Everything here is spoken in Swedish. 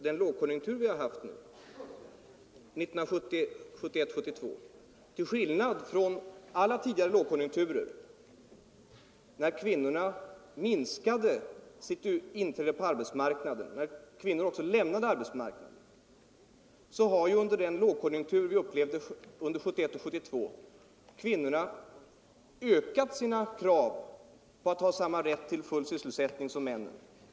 Till skillnad från hur det varit under alla tidigare lågkonjunkturer, då kvinnorna minskade sitt inträde på arbetsmarknaden och t.o.m. lämnade arbetsmarknaden har de under lågkonjunkturen 1971 — 1972 ökat sina krav på att ha samma rätt till full sysselsättning som männen.